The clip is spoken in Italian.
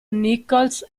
nichols